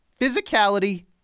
Physicality